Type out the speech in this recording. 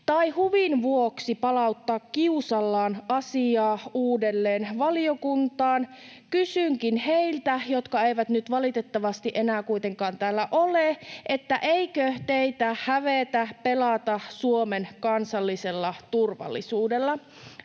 asiaa huvin vuoksi palauttaa kiusallaan uudelleen valiokuntaan. Kysynkin heiltä — jotka eivät nyt valitettavasti enää kuitenkaan täällä ole: eikö teitä hävetä pelata Suomen kansallisella turvallisuudella?